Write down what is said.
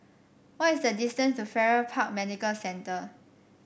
what is the distance to Farrer Park Medical Centre